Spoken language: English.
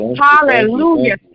Hallelujah